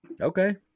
Okay